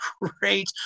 great